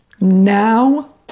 now